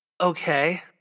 Okay